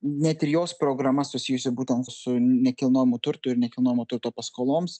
net ir jos programa susijusi būtent su nekilnojamu turtu ir nekilnojamo turto paskoloms